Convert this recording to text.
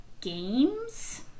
games